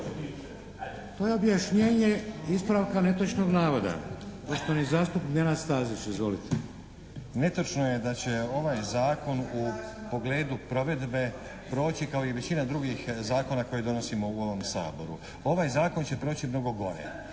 To je objašnjenje ispravka netočnog navoda. Poštovani zastupnik Nenad Stazić. Izvolite! **Stazić, Nenad (SDP)** Netočno je da će ovaj zakon u pogledu provedbe proći kao i većina drugih zakona koje donosimo u ovom Saboru. Ovaj zakon će proći mnogo gore.